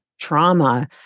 trauma